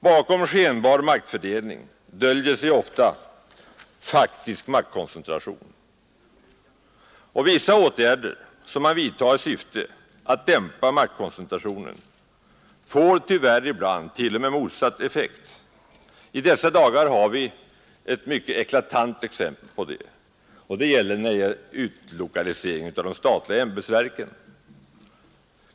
Bakom skenbar maktfördelning döljer sig ofta faktisk maktkoncentration. Vissa åtgärder som man vidtar i syfte att dämpa maktkoncentrationen får tyvärr ibland t.o.m. motsatt effekt. I dessa dagar har vi ett mycket eklatant exempel på det, och det gäller utlokaliseringen av de statliga ämbetsverken.